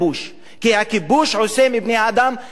כי הכיבוש עושה מבני-אדם אלימים,